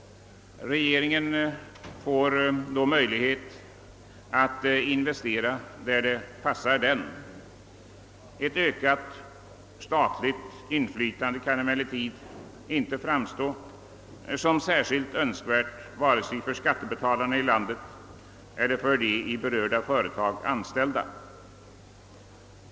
Regeringen får möjlighet att investera där det passar den. Ett ökat statligt inflytande kan emellertid inte framstå som särskilt önskvärt vare sig för skattebetalarna i landet eller för de i de berörda företagen anställda.